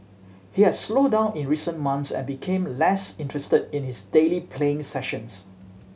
he had slowed down in recent months and became less interested in his daily playing sessions